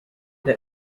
the